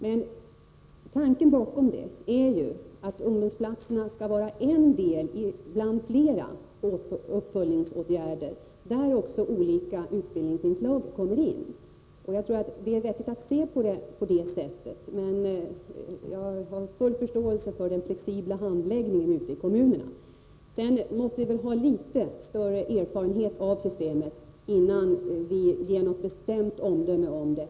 Men tanken är ju att ungdomsplatserna skall vara en del bland flera uppföljningsåtgärder, där också olika utbildningsinslag kommer in. Jag tror att det är vettigt att se det hela på det sättet, men jag har samtidigt full förståelse för den flexibla handläggningen ute i kommunerna. Vi måste nog ha litet större erfarenhet av systemet innan vi ger något bestämt omdöme om det.